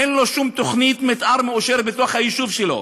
אין לו שום תוכנית מתאר מאושרת בתוך היישוב שלו,